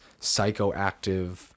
psychoactive